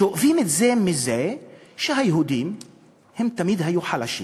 שואבים את זה מזה שהיהודים תמיד היו חלשים,